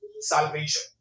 salvation